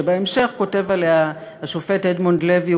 שבהמשך כותב עליה השופט אדמונד לוי,